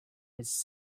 its